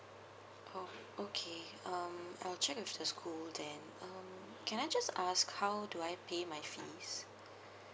oh okay um I will check with the school then um can I just ask how do I pay my fees